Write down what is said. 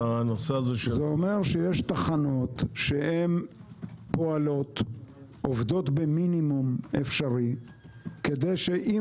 זה אומר שיש תחנות שעובדות במינימום אפשרי כדי שאם